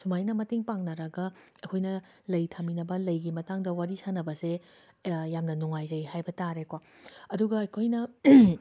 ꯁꯨꯃꯥꯏꯅ ꯃꯇꯦꯡ ꯄꯥꯡꯅꯔꯒ ꯑꯩꯈꯣꯏꯅ ꯂꯩ ꯊꯥꯃꯤꯟꯅꯕ ꯂꯩꯒꯤ ꯃꯇꯥꯡꯗ ꯋꯥꯔꯤ ꯁꯥꯅꯕꯁꯦ ꯌꯥꯝꯅ ꯅꯨꯡꯉꯥꯏꯖꯩ ꯍꯥꯏꯕ ꯇꯥꯔꯦꯀꯣ ꯑꯗꯨꯒ ꯑꯩꯈꯣꯏꯅ